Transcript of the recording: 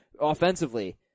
offensively